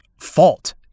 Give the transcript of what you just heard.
fault